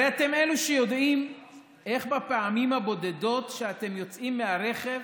הרי אתם יודעים איך בפעמים הבודדות שאתם יוצאים מהרכב